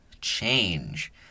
change